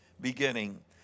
beginning